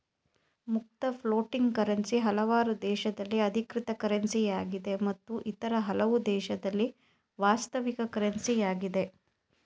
ಮುಕ್ತ floating currency ಹಲವಾರು ದೇಶದಲ್ಲಿ ಅಧಿಕೃತ ಕರೆನ್ಸಿಯಾಗಿದೆ ಮತ್ತು ಇತರ ಹಲವು ದೇಶದಲ್ಲಿ ವಾಸ್ತವಿಕ ಕರೆನ್ಸಿ ಯಾಗಿದೆ